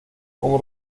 como